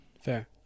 Fair